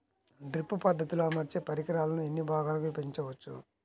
Drip పద్ధతిలో అమర్చే పరికరాలను ఎన్ని భాగాలుగా విభజించవచ్చు?